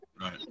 Right